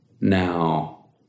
now